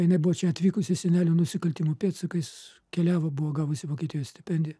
jinai buvo čia atvykusi senelio nusikaltimų pėdsakais keliavo buvo gavusi vokietijoj stipendiją